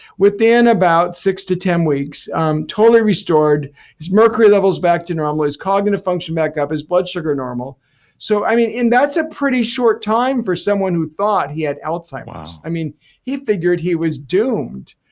within about six to ten weeks um totally restored. his mercury levels back to normal. his cognitive function back up. his blood sugar normal so i mean that's a pretty short time for someone who thought he had alzheimer's. i mean he figured he was doomed.